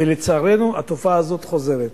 ולצערנו התופעה הזאת חוזרת.